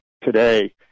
today